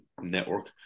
network